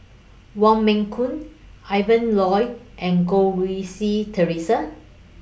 Wong Meng Ian Loy and Goh Rui Si Theresa